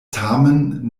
tamen